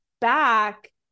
back